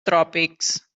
tròpics